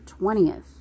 20th